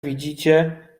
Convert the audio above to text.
widzicie